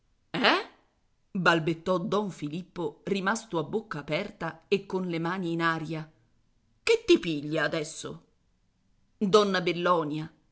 eh balbettò don filippo rimasto a bocca aperta e con le mani in aria che ti piglia adesso donna bellonia